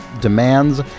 demands